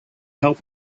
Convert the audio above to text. help